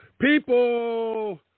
People